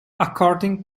according